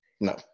No